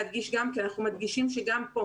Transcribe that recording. אנחנו רוצים להדגיש שגם כאן,